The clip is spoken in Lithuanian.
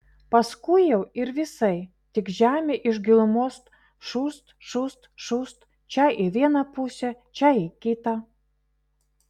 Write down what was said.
paskui jau ir visai tik žemė iš gilumos šūst šūst šūst čia į vieną pusę čia į kitą